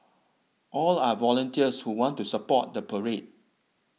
all are volunteers who want to support the parade